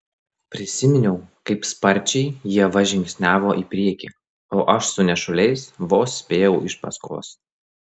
prisiminiau kaip sparčiai ieva žingsniavo į priekį o aš su nešuliais vos spėjau iš paskos